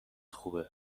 خوبه